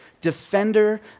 defender